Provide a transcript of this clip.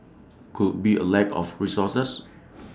could be A lack of resources